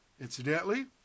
Incidentally